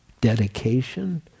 dedication